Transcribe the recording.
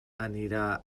anirà